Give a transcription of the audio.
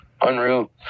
Unreal